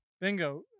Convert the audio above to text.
Bingo